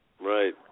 Right